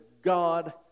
God